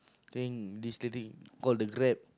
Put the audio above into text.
I think this lady call the grab